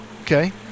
Okay